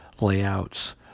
layouts